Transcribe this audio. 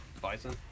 Bison